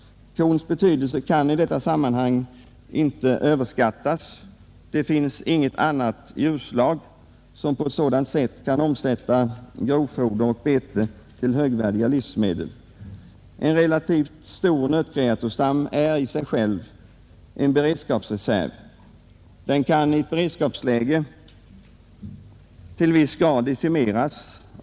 Kons betydelse kan i detta sammanhang inte överskattas. Det finns inget annat djurslag som på ett sådant sätt som kon kan omsätta grovfoder och bete till högvärdiga livsmedel. En relativt stor nötkreatursstam är i sig själv också en beredskapsreserv. Den kan i ett beredskapsläge till viss grad decimeras.